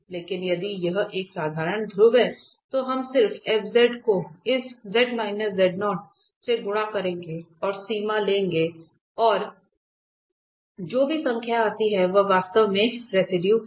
इसलिए यदि यह एक साधारण ध्रुव है तो हम सिर्फ f को इस से गुणा करेंगे और सीमा लेंगे और जो भी संख्या आती है वह वास्तव में रेसिडुए है